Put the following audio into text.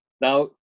now